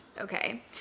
Okay